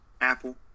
Apple